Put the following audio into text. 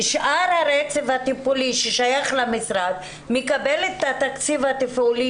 שאר הרצף הטיפולי ששייך למשרד מקבל את התקציב התפעולי